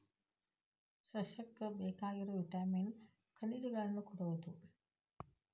ಸಸ್ಯಕ್ಕ ಬೇಕಾಗಿರು ವಿಟಾಮಿನ್ ಖನಿಜಗಳನ್ನ ಕೊಡುದು